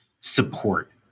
support